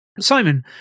Simon